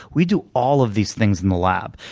we do all of these things in the lab,